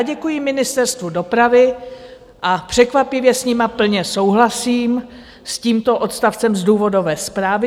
Děkuji Ministerstvu dopravy a překvapivě s nimi plně souhlasím, s tímto odstavcem z důvodové zprávy.